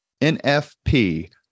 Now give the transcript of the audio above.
NFP